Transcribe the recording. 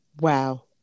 wow